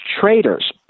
traders